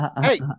hey